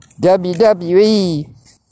WWE